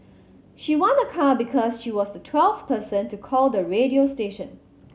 she won a car because she was the twelfth person to call the radio station